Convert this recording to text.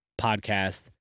podcast